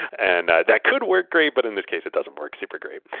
and that could work great but in this case, it doesn't work super great.